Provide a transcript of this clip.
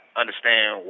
understand